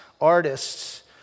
artists